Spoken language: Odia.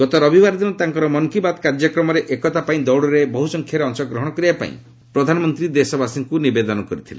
ଗତ ରବିବାର ଦିନ ତାଙ୍କ ମନ୍ କୀ ବାତ୍ କାର୍ଯ୍ୟକ୍ରମରେ ଏକତା ପାଇଁ ଦଦବଡ଼ରେ ବହୁ ସଂଖ୍ୟାରେ ଅଂଶଗ୍ରହଣ କରିବାପାଇଁ ଦେଶବାସୀଙ୍କୁ ନିବେଦନ କରିଥିଲେ